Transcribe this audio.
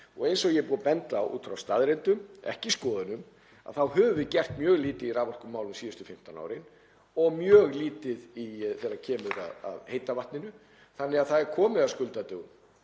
Eins og ég hef bent á, út frá staðreyndum, ekki skoðunum, höfum við gert mjög lítið í raforkumálum síðustu 15 árin og mjög lítið þegar kemur að heita vatninu og því er komið að skuldadögum.